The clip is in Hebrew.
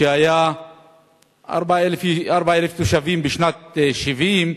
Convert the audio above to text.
שהיה בן 4,000 תושבים בשנת 1970,